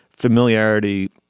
familiarity